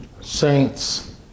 Saints